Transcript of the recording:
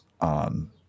on